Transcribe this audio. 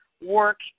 work